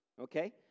Okay